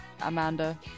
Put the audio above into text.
Amanda